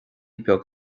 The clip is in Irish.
beag